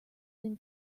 been